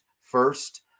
first